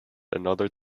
another